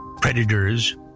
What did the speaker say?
predators